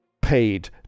paid